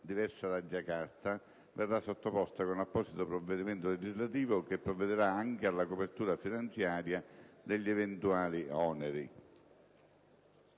diversa da Jakarta verrà disposta con apposito provvedimento legislativo che provvederà anche alla copertura finanziaria degli eventuali oneri».